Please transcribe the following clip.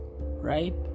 right